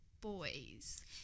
boys